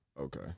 Okay